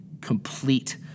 complete